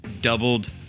doubled